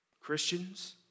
Christians